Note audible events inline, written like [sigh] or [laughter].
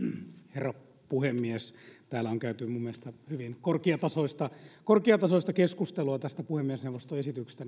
herra puhemies täällä on käyty minun mielestäni hyvin korkeatasoista korkeatasoista keskustelua tästä puhemiesneuvoston esityksestä [unintelligible]